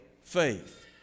faith